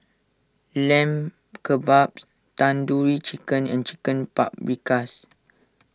Lamb Kebabs Tandoori Chicken and Chicken Paprikas